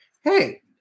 hey